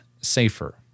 safer